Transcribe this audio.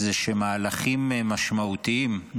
זה שמהלכים משמעותיים,